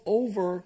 over